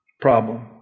Problem